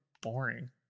boring